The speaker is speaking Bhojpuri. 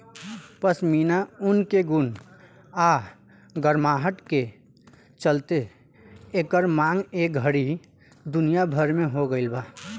पश्मीना ऊन के गुण आ गरमाहट के चलते एकर मांग ए घड़ी दुनिया भर में हो गइल बा